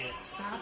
Stop